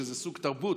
שזה סוג תרבות,